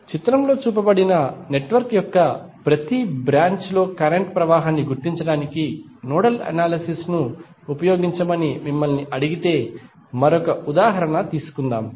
ఈ చిత్రంలో చూపబడిన నెట్వర్క్ యొక్క ప్రతి బ్రాంచ్ లో కరెంట్ ప్రవాహాన్ని గుర్తించడానికి నోడల్ అనాలిసిస్ ను ఉపయోగించమని మిమ్మల్ని అడిగితే మరొక ఉదాహరణ తీసుకుందాం